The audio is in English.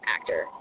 actor